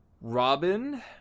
robin